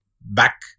back